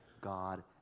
God